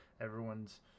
everyone's